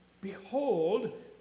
Behold